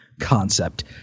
Concept